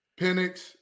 Penix